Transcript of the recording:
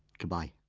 goodbye